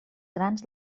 grans